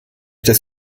das